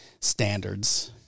standards